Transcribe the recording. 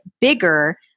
bigger